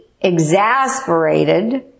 exasperated